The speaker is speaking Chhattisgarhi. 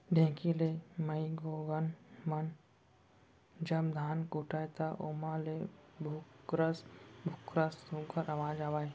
ढेंकी ले माईगोगन मन जब धान कूटय त ओमा ले भुकरस भुकरस सुग्घर अवाज आवय